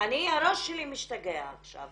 הראש שלי משתגע עכשיו